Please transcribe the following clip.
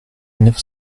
neuf